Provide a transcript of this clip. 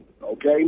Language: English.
Okay